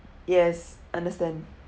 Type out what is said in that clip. yes understand